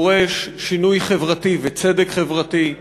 דורש שינוי חברתי וצדק חברתי,